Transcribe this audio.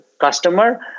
customer